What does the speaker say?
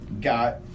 got